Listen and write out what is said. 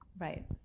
Right